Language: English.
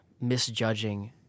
misjudging